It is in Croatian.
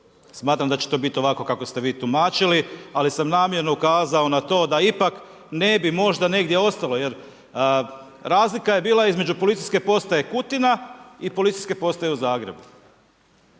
Smatram da će to biti ovako kako ste vi tumačili, ali sam namjerno ukazao na to da ipak ne bi možda negdje ostalo, jer razlika je bila između Policijske postaje Kutina i Policijske postaje u Zagrebu.